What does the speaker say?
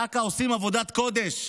זק"א עושים עבודת קודש.